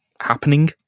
happening